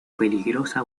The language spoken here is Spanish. peligrosa